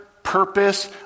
purpose